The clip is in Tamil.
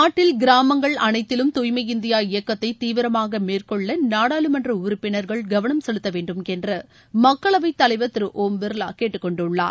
நாட்டில் கிராமங்கள் அனைத்திலும் தூய்மை இந்தியா இயக்கத்தை தீவிரமாக மேற்கொள்ள நாடாளுமன்ற உறுப்பினர்கள் கவனம் செலுத்த வேண்டும் என்று மக்களவை தலைவர் திரு ஓம் பிர்லா கேட்டுக்கொண்டுள்ளார்